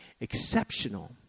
exceptional